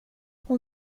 hon